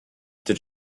did